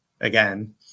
again